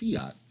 fiat